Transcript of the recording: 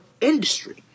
industry